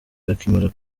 bakimara